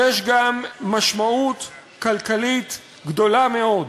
יש גם משמעות כלכלית גדולה מאוד.